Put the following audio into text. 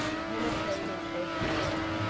penetrating everywhere.